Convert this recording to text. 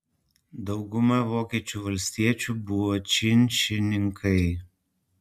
dauguma vokiečių valstiečių buvo činšininkai